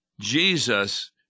Jesus